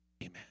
Amen